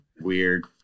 weird